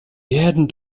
werden